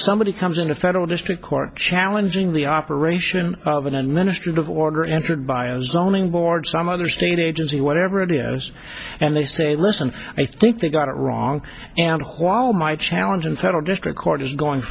somebody comes into federal district court challenging the operation of an administrative order entered by ozone inboard some others need agency whatever idioms and they say listen i think they got it wrong and while my challenge in federal district court is going